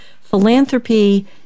philanthropy